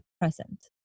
present